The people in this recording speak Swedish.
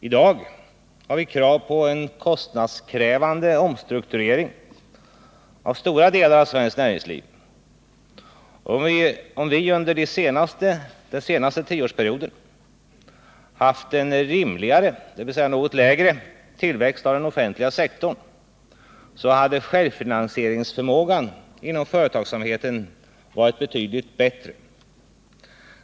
I dag har vi krav på en kostnadskrävande omstrukturering av stora delar av svenskt näringsliv. Om vi under den senaste tioårsperioden haft en rimligare, något lägre, tillväxt av den offentliga sektorn, hade självfinansieringsförmågan inom företagsamheten varit betydligt större.